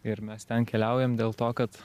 ir mes ten keliaujam dėl to kad